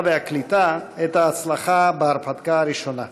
והקליטה את ההצלחה בהרפתקה הראשונה.